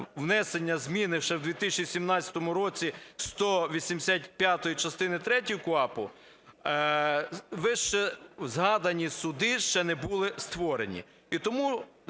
внесення зміни ще в 2017 році в 185-у частини третьої КУпАПу, вищезгадані суди ще не були створені.